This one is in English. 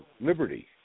liberty